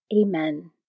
Amen